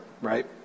right